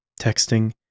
texting